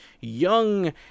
young